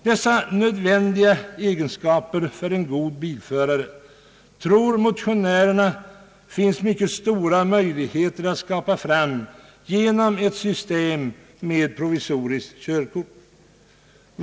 Dessa för en god bilförare så nödvändiga egenskaper tror motionärerna att det finns mycket stora möjligheter att skapa genom ett system med provisoriskt körkort.